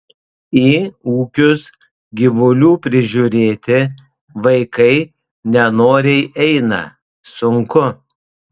į ūkius gyvulių prižiūrėti vaikai nenoriai eina sunku